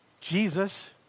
Jesus